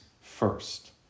first